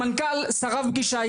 המנכ"ל שרף פגישה,